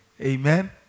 Amen